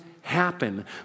happen